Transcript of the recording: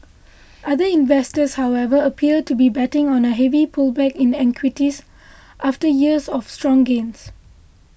other investors however appear to be betting on a heavy pullback in equities after years of strong gains